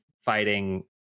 fighting